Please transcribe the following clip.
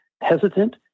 hesitant